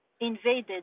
invaded